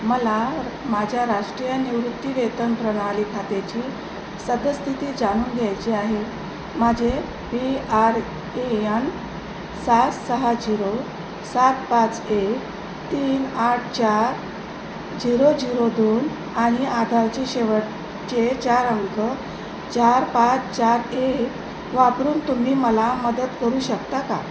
मला माझ्या राष्ट्रीय निवृत्तीवेतन प्रणाली खात्याची सद्यस्थिती जानून घ्यायची आहे माझे पी आर ए यन सात सहा झिरो सात पाच एक तीन आठ चार झिरो झिरो दोन आणि आधारचे शेवटचे चार अंक चार पाच चार एक वापरून तुम्ही मला मदत करू शकता का